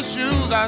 shoes